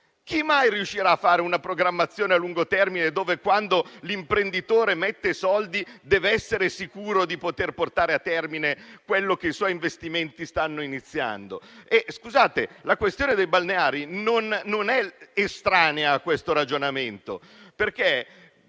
Chi mai riuscirà a fare una programmazione a lungo termine, laddove, quando l'imprenditore mette soldi, deve essere sicuro di poter portare a termine quello che i suoi investimenti stanno iniziando? E la questione dei balneari non è estranea a questo ragionamento.